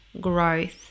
growth